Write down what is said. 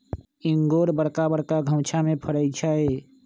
इंगूर बरका बरका घउछामें फ़रै छइ